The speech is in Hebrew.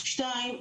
שתיים,